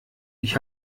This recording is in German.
ich